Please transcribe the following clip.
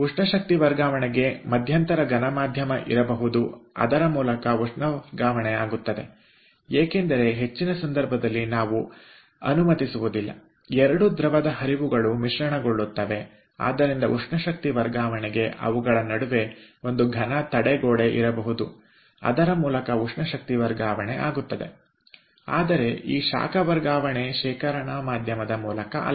ಉಷ್ಣಶಕ್ತಿ ವರ್ಗಾವಣೆಗೆ ಮಧ್ಯಂತರ ಘನ ಮಾಧ್ಯಮ ಇರಬಹುದು ಅದರ ಮೂಲಕ ಉಷ್ಣಶಕ್ತಿವರ್ಗಾವಣೆ ಆಗುತ್ತದೆ2 ದ್ರವದ ಹರಿವುಗಳು ಮಿಶ್ರಣಗೊಳ್ಳುತ್ತವೆ ಹೆಚ್ಚಿನ ಸಂದರ್ಭಗಳಲ್ಲಿ ನಾವು ಇದನ್ನು ಅನುಮತಿಸುವುದಿಲ್ಲ ಆದ್ದರಿಂದಉಷ್ಣಶಕ್ತಿ ವರ್ಗಾವಣೆಗೆ ಅವುಗಳ ನಡುವೆ ಒಂದು ಘನ ತಡೆಗೋಡೆ ಇರಬಹುದುಅದರ ಮೂಲಕ ಉಷ್ಣಶಕ್ತಿ ವರ್ಗಾವಣೆ ಆಗುತ್ತದೆ ಆದರೆ ಈ ಶಾಖ ವರ್ಗಾವಣೆ ಶೇಖರಣಾ ಮಾಧ್ಯಮದ ಮೂಲಕ ಅಲ್ಲ